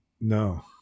No